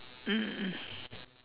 mm mm